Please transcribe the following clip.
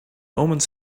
omens